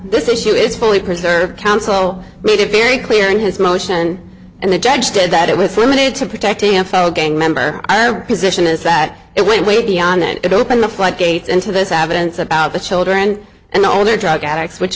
this issue is fully preserved council made it very clear in his motion and the judge did that it was limited to protecting a fellow gang member position is that it went way beyond that it opened the floodgates into this advents about the children and older drug addicts which